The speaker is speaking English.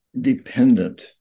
dependent